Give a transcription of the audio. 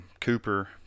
Cooper